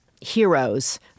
heroes